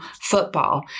football